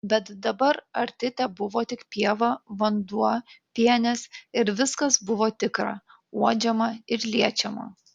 bet dabar arti tebuvo tik pieva vanduo pienės ir viskas buvo tikra uodžiama ir liečiama